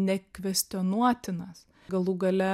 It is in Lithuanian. nekvestionuotinas galų gale